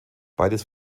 beides